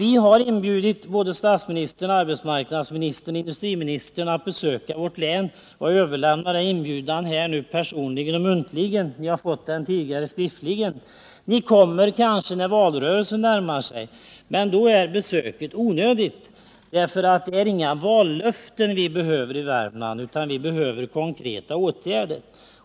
Vi har inbjudit statsministern, arbetsmarknadsministern och industriministern att besöka vårt län, och jag överlämnar nu en inbjudan personligen och muntligen — ni har fått den tidigare skriftligen. Ni kommer kanske när valrörelsen närmar sig, men då är besöket onödigt för det är inte vallöften vi behöver i Värmland utan konkreta åtgärder.